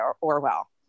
Orwell